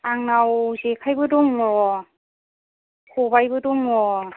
आंनाव जेखाइबो दङ खबायबो दङ